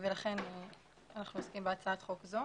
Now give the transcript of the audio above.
ולכן אנחנו עוסקים בהצעת חוק זו.